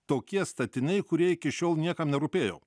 tokie statiniai kurie iki šiol niekam nerūpėjo